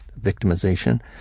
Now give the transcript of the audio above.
victimization